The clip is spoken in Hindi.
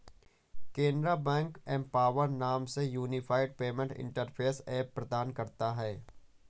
केनरा बैंक एम्पॉवर नाम से यूनिफाइड पेमेंट इंटरफेस ऐप प्रदान करता हैं